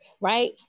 right